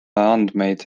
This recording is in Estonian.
andmeid